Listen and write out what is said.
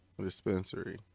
Dispensary